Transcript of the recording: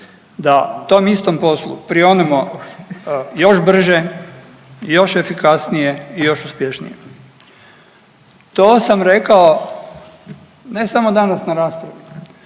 da tom istom poslu prionemo još brže, još efikasnije i još uspješnije. To sam rekao ne samo danas na raspravi